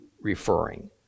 referring